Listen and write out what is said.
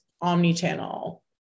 omni-channel